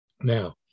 Now